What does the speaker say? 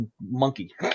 monkey